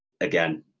again